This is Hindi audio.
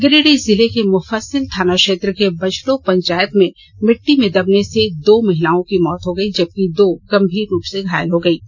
गिरिडीह जिले के मुफ्फसिल थाना क्षेत्र के बजटो पंचायत में मिट्टी में दबने से दो महिलाओं की मौत हो गई जबकि दो गंभीर रूप से घायल हो गई हैं